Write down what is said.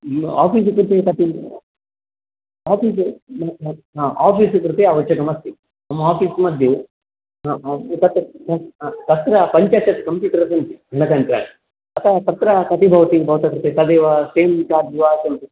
office इत्युक्ते कति office हा आफीस् कृते आवश्यकमस्ति मम आफीस् मध्ये तत्र पञ्चशत् कम्प्यूटर्स् सन्ति लेटन् त्राष् अतः तत्र कति भवति भवतः कृते तदेव टेन् चार्ज् वा सन्ति